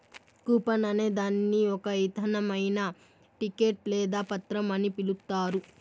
coupon అనే దాన్ని ఒక ఇధమైన టికెట్ లేదా పత్రం అని పిలుత్తారు